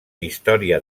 història